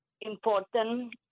important